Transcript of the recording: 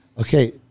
Okay